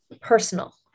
personal